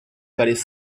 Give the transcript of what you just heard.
palais